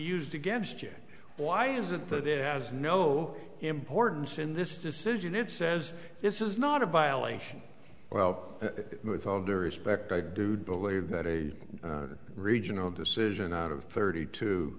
used against you why is it that it has no importance in this decision it says this is not a violation well with all due respect i do believe that a regional decision out of thirty two